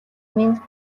минь